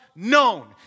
known